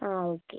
ആ ഓക്കെ